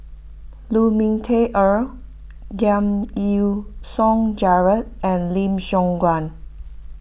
Lu Ming Teh Earl Giam Yean Song Gerald and Lim Siong Guan